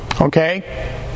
Okay